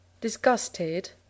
Disgusted